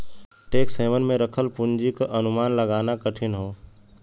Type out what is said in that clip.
tax haven में रखल पूंजी क अनुमान लगाना कठिन हौ